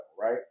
right